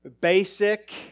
basic